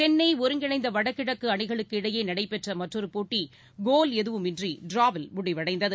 சென்னை ஒருங்கிணைந்த வடகிழக்கு அணிகளுக்கு இடையே நடைபெற்ற மற்றொரு போட்டி கோல் ஏதுமின்றி டிராவில் முடிவடைந்தது